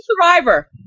Survivor